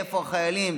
איפה החיילים.